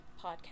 podcast